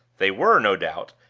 they were, no doubt,